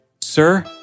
Sir